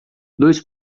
dois